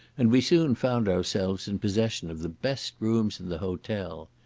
and we soon found ourselves in possession of the best rooms in the hotel.